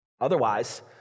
Otherwise